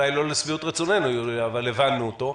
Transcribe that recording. אולי לא לשביעות רצוננו אבל הבנו אותו.